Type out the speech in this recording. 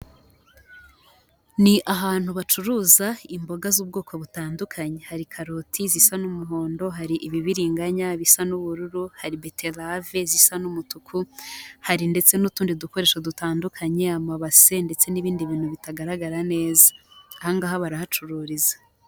Ni ahantu bacuruza imboga z'ubwoko butandukanye, hari karoti zisa n'umuhondo, hari ibibiriganya bisa n'ubururu, hari biterave zisa n'umutuku, hari ndetse n'utundi dukoresho dutandukanye, amabase ndetse n'ibindi bintu bitagaragara neza, aha ngaha barahacururiza.